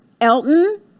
Elton